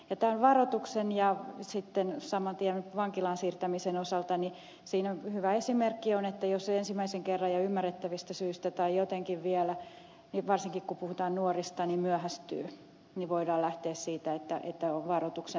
tämän varoituksen ja sitten saman tien vankilaan siirtämisen osalta on hyvä esimerkki että jos on ensimmäisen kerran ja ymmärrettävistä syistä tai jotenkin vielä varsinkin kun puhutaan nuorista myöhästyy niin voidaan lähteä siitä että on varoituksen paikka